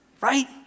right